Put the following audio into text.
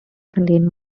contain